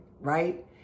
right